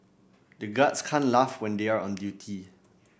the guards can't laugh when they are on duty